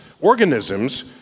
organisms